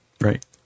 right